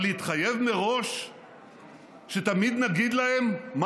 אבל להתחייב מראש שתמיד נגיד להם מה